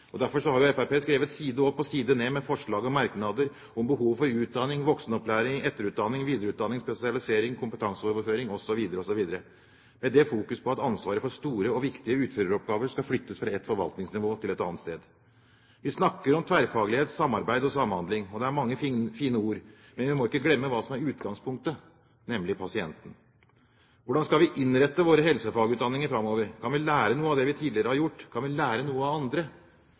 Derfor har Fremskrittspartiet skrevet side opp og side ned med forslag og merknader om behovet for utdanning, voksenopplæring, etterutdanning, videreutdanning, spesialisering, kompetanseoverføring osv., med fokus på at ansvaret for store og viktige utføreroppgaver skal flyttes fra et forvaltningsnivå til et annet sted. Vi snakker om tverrfaglighet, samarbeid og samhandling. Det er mange fine ord, men vi må ikke glemme hva som er utgangspunktet, nemlig pasienten. Hvordan skal vi innrette våre helsefagutdanninger framover? Kan vi lære noe av det vi tidligere har gjort? Kan vi lære noe av andre?